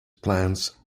plants